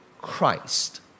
Christ